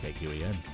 KQEN